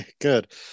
good